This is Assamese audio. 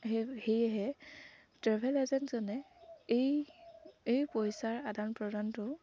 সেই সেয়েহে ট্ৰেভেল এজেণ্টজনে এই পইচাৰ আদান প্ৰদানটো